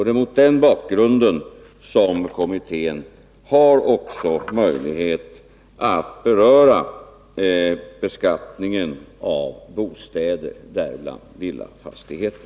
Det är mot den bakgrunden som kommittén har möjlighet att beröra också beskattningen av bostäder, däribland villafastigheter.